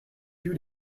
few